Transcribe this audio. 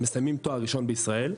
מסיימים תואר ראשון בישראל.